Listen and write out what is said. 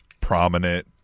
prominent